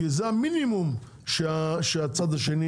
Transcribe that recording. כי זה המינימום שהצד השני